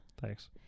Thanks